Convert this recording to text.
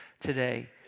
today